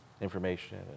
information